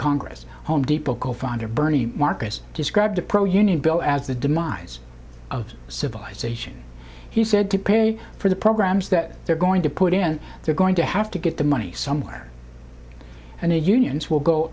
congress home depot co founder bernie marcus described the pro union bill as the demise of civilization he said to pay for the programs that they're going to put in they're going to have to get the money somewhere and the unions will go